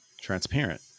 transparent